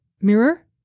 mirror